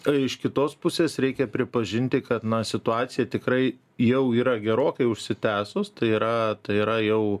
tai iš kitos pusės reikia pripažinti kad na situacija tikrai jau yra gerokai užsitęsus tai yra tai yra jau